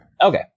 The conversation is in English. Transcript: okay